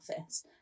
office